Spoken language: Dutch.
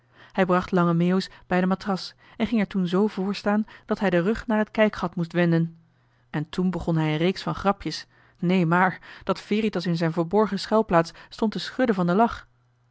hij bracht lange meeuwis bij de matras en ging er toen zoo voorstaan dat hij den rug naar het kijkgat moest wenden en toen begon hij een reeks van grapjes nee maar dat veritas in zijn verborgen schuilplaats stond te schudden van den lach